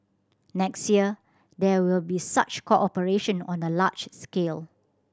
next year there will be such cooperation on a large scale